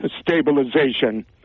stabilization